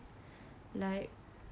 like